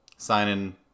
signing